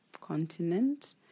continent